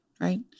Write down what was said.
Right